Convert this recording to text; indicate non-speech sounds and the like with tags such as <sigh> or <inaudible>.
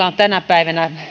<unintelligible> on tänä päivänä